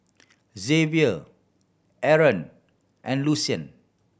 Xavier Aron and Lucien